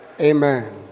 Amen